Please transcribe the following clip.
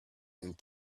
and